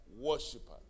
worshiper